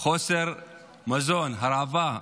חוסר מזון, הרעבה,